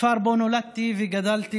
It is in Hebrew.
הכפר שבו נולדתי וגדלתי,